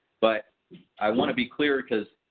but i want to be clear because